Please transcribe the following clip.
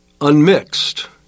Unmixed